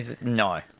No